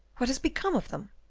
what has become of them?